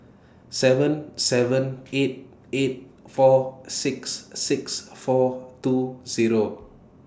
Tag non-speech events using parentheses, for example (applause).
seven seven (noise) eight eight four six six four two Zero